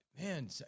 man